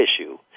issue